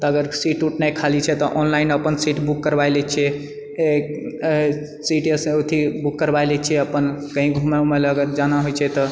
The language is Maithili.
तऽ अगर सीट उट नहि खाली छै तऽ ऑनलाइन अपन सीट बुक करबाए लए छिऐ सीट अथी बुक करबाए लए छिऐ अपन कही घुमए उमए लऽ अगर जाना होइ छै तऽ